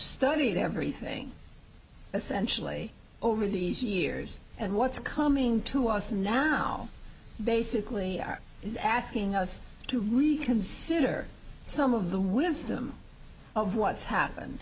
studied everything essentially over these years and what's coming to us now basically he's asking us to reconsider some of the wisdom of what's happened